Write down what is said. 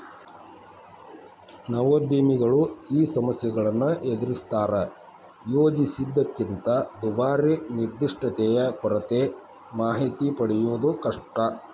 ನವೋದ್ಯಮಿಗಳು ಈ ಸಮಸ್ಯೆಗಳನ್ನ ಎದರಿಸ್ತಾರಾ ಯೋಜಿಸಿದ್ದಕ್ಕಿಂತ ದುಬಾರಿ ನಿರ್ದಿಷ್ಟತೆಯ ಕೊರತೆ ಮಾಹಿತಿ ಪಡೆಯದು ಕಷ್ಟ